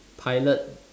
pilot